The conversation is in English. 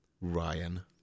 Ryan